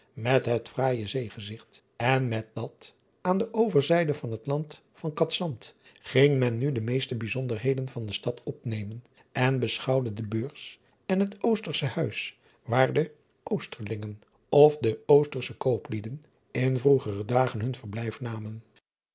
met het fraaije zeegezigt en met dat aan de overzijde van het and van adsant ging men nu de meeste bijzonderheden van de stad opnemen en beschouwde de eurs en het ostersche uis waar de osterlingen of de ostersche ooplieden in vroegere dagen hun verblijf namen